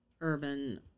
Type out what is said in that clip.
urban